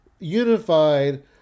Unified